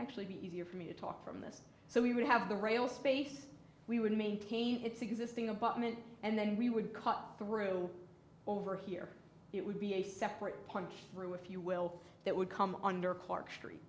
actually be easier for me to talk from this so we would have the rail space we would maintain its existing abutment and then we would cut through over here it would be a separate punched through if you will that would come under clark street